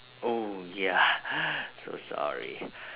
oh ya so sorry